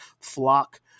flock